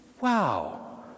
Wow